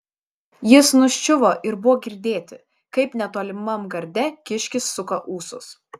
jis nuščiuvo ir buvo girdėti kaip netolimam garde kiškis suka ūsus